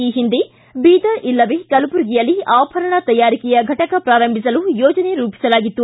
ಈ ಹಿಂದೆ ಬೀದರ್ ಇಲ್ಲವೇ ಕಲಬುರಗಿಯಲ್ಲಿ ಆಭರಣ ತಯಾರಿಕೆಯ ಫಟಕ ಪ್ರಾರಂಭಿಸಲು ಯೋಜನೆ ರೂಪಿಸಲಾಗಿತ್ತು